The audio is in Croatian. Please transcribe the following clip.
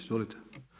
Izvolite.